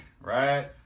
right